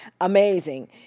amazing